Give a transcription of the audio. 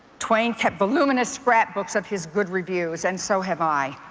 twain kept voluminous scrapbooks of his good reviews and so have i.